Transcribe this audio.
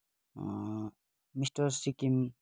mister Sikkim